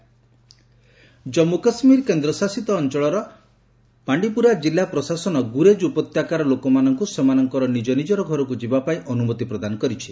J and K Jammu Kashmir କେନ୍ଦ୍ରଶାସିତ ଅଞ୍ଚଳର ବାଣ୍ଡିପୁରା ଜିଲ୍ଲା ପ୍ରଶାସନ ଗୁରେଜ ଉପତ୍ୟକାର ଲୋକମାନଙ୍କୁ ସେମାନଙ୍କର ନିଜନିକର ଘରକୁ ଯିବା ପାଇଁ ଅନୁମତି ପ୍ରଦାନ କରିଛି